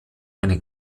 eine